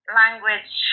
language